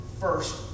first